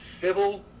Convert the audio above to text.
civil